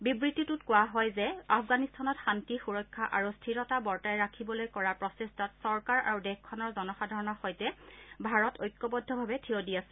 বিবৃতিটোত কোৱা হয় যে আফগানিস্তানত শান্তি সুৰক্ষা আৰু স্থিৰতা বৰ্তাই ৰাখিবলৈ কৰা প্ৰচেষ্টাত চৰকাৰ আৰু দেশখনৰ জনসাধাৰণৰ সৈতে ঐক্যবদ্ধভাৱে থিয় দি আছে